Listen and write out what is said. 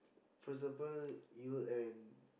for example you and